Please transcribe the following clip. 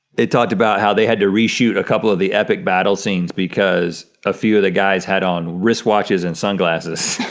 they talked about how they had to reshoot a couple of the epic battle scenes because a few of the guys had on wristwatches and sunglasses.